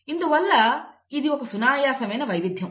ఇందువల్ల ఇది ఒక సునాయాసమైన వైవిధ్యం